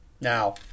Now